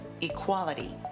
Equality